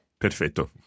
Perfetto